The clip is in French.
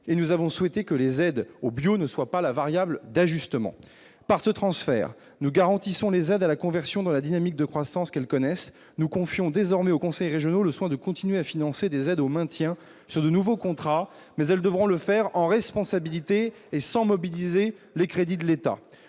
et nous avons souhaité que les aides au bio ne soit pas la variable d'ajustement par ce transfert nous garantissons les aides à la conversion dans la dynamique de croissance qu'elles connaissent, nous confions désormais aux conseils régionaux le soin de continuer à financer des aides au maintien sur nouveau contrat mais elles devront le faire en responsabilité et sans mobiliser les crédits de l'État,